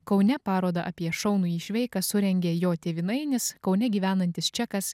kaune parodą apie šaunųjį šveiką surengė jo tėvynainis kaune gyvenantis čekas